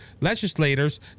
legislators